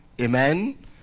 amen